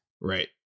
Right